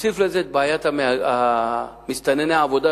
תוסיף לזה את בעיית מסתנני העבודה,